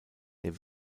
der